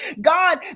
God